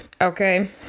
okay